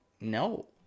no